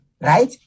right